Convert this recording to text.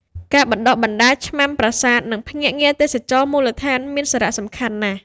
ការបណ្តុះបណ្តាលឆ្មាំប្រាសាទ និងភ្នាក់ងារទេសចរណ៍មូលដ្ឋានមានសារៈសំខាន់ណាស់។